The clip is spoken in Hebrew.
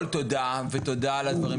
תהליך.